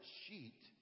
sheet